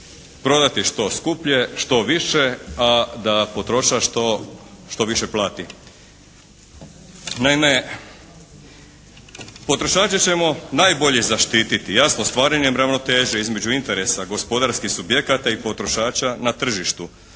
prodati što skuplje, što više a da potrošač to što više plati. Naime, potrošače ćemo najbolje zaštititi jasno stvaranjem ravnoteže između interesa gospodarskih subjekata i potrošača na tržištu